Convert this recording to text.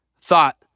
thought